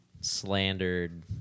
slandered